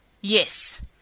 Yes